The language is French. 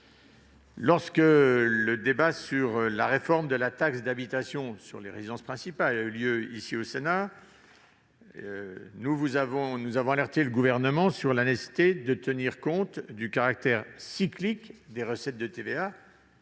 Lorsque le débat sur la réforme de la taxe d'habitation sur les résidences principales a eu lieu ici, au Sénat, nous avons alerté le Gouvernement sur la nécessité de tenir compte du caractère cyclique des recettes de TVA.